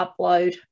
upload